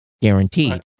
guaranteed